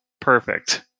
Perfect